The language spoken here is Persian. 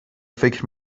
فکر